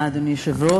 תודה, אדוני היושב-ראש,